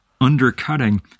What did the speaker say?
undercutting